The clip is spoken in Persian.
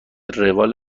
روال